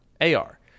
AR